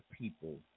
people